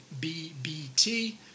BBT